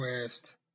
Quest